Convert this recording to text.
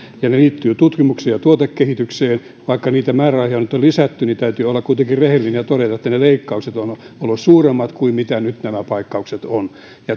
ja ne liittyvät tutkimukseen ja tuotekehitykseen vaikka niitä määrärahoja nyt on lisätty täytyy olla kuitenkin rehellinen ja todeta että ne leikkaukset ovat olleet suuremmat kuin nyt nämä paikkaukset ovat ja